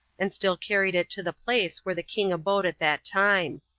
and still carried it to the place where the king abode at that time.